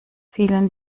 vielen